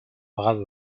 brave